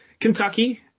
Kentucky